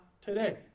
today